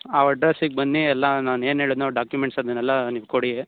ಆ ಅಡ್ರೆಸ್ಸಿಗೆ ಬನ್ನಿ ಎಲ್ಲ ನಾನು ಏನು ಹೇಳದ್ನೋ ಆ ಡಾಕ್ಯುಮೆಂಟ್ಸ್ ಅದನ್ನೆಲ್ಲ ನೀವು ಕೊಡಿ